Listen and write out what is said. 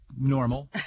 normal